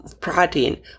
protein